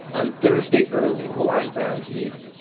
on thursday early will i rouse ye.